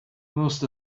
most